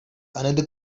another